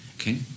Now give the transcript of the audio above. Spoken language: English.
Okay